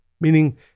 Meaning